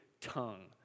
tongue